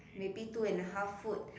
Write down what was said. maybe two and a half foot